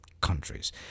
countries